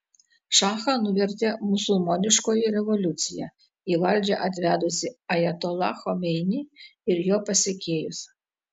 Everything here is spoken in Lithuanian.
šachą nuvertė musulmoniškoji revoliucija į valdžią atvedusi ajatolą chomeinį ir jo pasekėjus